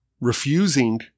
refusing